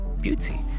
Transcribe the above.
beauty